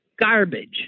Garbage